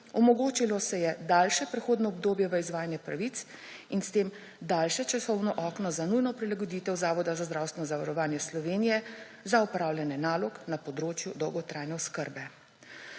omogočilo se je daljše prehodno obdobje v izvajanje pravic in s tem daljše časovno okno za nujno prilagoditev Zavoda za zdravstveno zavarovanje Slovenije za opravljanje nalog na področju dolgotrajne oskrbe.